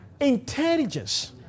intelligence